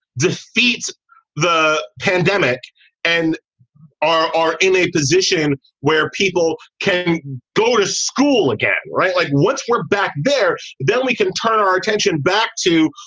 defeats the pandemic and are in a position where people can go to school again right. like once we're back there, then we can turn our attention back to.